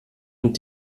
und